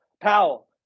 powell